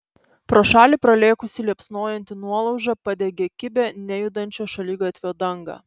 pro šalį pralėkusi liepsnojanti nuolauža padegė kibią nejudančio šaligatvio dangą